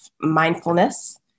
mindfulness